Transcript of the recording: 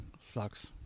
sucks